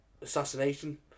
assassination